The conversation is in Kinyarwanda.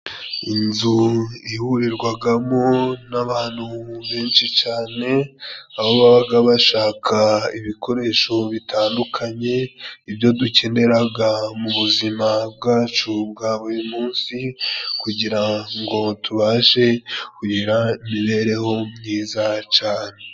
Inzu ihurirwagamo n'abantu benshi cane, aho babaga bashaka ibikoresho bitandukanye, ibyo dukeneraga mu buzima bwacu bwa buri munsi, kugira ngo tubashe kugira imibereho myiza cane.